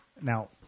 Now